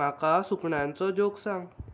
म्हाका सुकण्यांचो जोक सांग